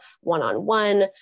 one-on-one